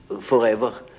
forever